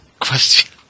question